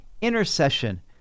intercession